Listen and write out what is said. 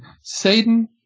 Satan